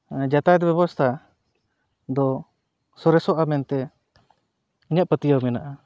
ᱡᱟᱛᱟᱭᱟᱛ ᱵᱮᱵᱚᱥᱛᱷᱟ ᱫᱚ ᱥᱚᱨᱮᱥᱚᱜᱼᱟ ᱢᱮᱱᱛᱮ ᱤᱧᱟᱹᱜ ᱯᱟᱹᱛᱭᱟᱹᱣ ᱢᱮᱱᱟᱜᱼᱟ